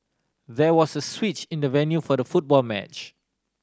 there was a switch in the venue for the football match